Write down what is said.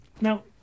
Now